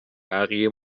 بقیه